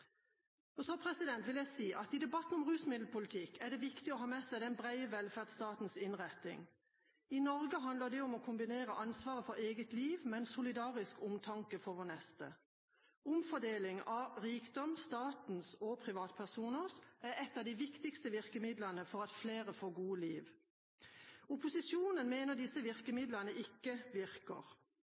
barn. Så vil jeg si at i debatten om rusmiddelpolitikk er det viktig å ha med seg den brede velferdsstatens innretning. I Norge handler det om å kombinere ansvaret for eget liv med en solidarisk omtanke for vår neste. Omfordeling av rikdom – statens og privatpersoners – er et av de viktigste virkemidlene for at flere får et godt liv. Opposisjonen mener at disse virkemidlene ikke virker.